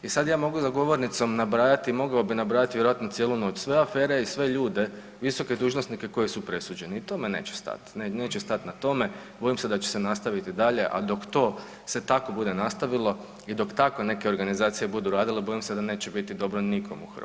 I sad ja mogu za govornicom nabrajati, mogao bi nabrajati vjerojatno cijelu noć sve afere i sve ljude, visoke dužnosnike koji su presuđeni i tome neće stat, neće stat na tome, bojim se da će se nastaviti i dalje, al dok to se tako bude nastavilo i dok tako neke organizacije budu radile bojim se da neće biti dobro nikom u Hrvatskoj.